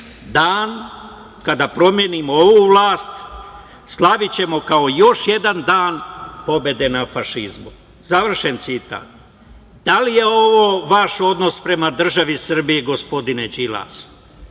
dan kada promenimo ovu vlast slavićemo kao još jedan dan pobede nad fašizmom, završen citat. Da li je ovo vaš odnos prema državi Srbiji gospodine Đilas? Za